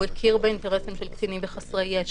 הוא הכיר באינטרסים של קטינים וחסרי ישע,